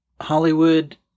Hollywood